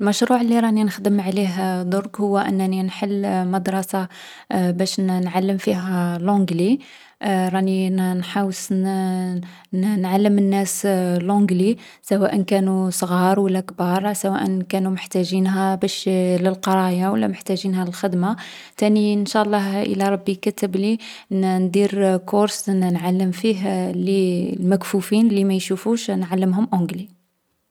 المشروع لي راني نخدم عليه ضرك هو أنني نحل مدرسة باش نـ نعلّم فيها لونجلي. رني نـ نحوس نـ نـ نعلّم الناس لونجلي، سواء كانو صغار و لا كبار ، سواء كانو محتاجينها باش بـ للقراية و لا محتاجينها للخدمة. تاني ان شاء الله الا ربي كتّب لي، نـ ندير كورس نـ نعلّم فيه لي المكفوفين لي ما يشوفوش نعلّمهم اونجلي.